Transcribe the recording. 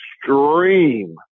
extreme